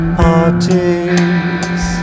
parties